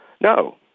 no